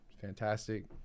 fantastic